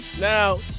Now